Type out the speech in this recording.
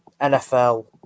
NFL